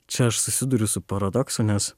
čia aš susiduriu su paradoksu nes